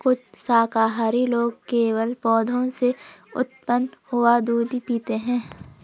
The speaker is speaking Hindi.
कुछ शाकाहारी लोग केवल पौधों से उत्पन्न हुआ दूध ही पीते हैं